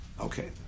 Okay